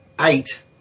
Eight